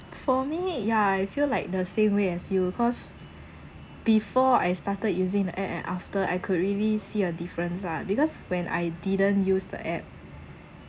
for me ya I feel like the same way as you cause before I started using the app and after I could really see a difference lah because when I didn't use the app